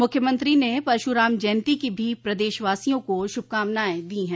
मुख्यमंत्री ने परशुराम जयन्ती की भी प्रदेशवासियों को शुभकामनाएं दी है